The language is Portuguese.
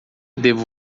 devo